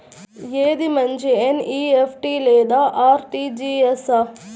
ఏది మంచి ఎన్.ఈ.ఎఫ్.టీ లేదా అర్.టీ.జీ.ఎస్?